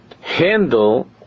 handle